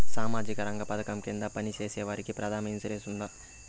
సామాజిక రంగ పథకం కింద పని చేసేవారికి ప్రమాద ఇన్సూరెన్సు ఉందా?